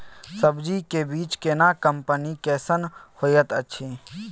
सब्जी के बीज केना कंपनी कैसन होयत अछि?